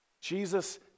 Jesus